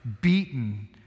beaten